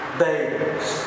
babies